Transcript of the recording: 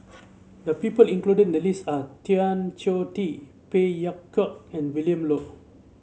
the people included in the list are Tan Choh Tee Phey Yew Kok and Willin Low